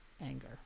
anger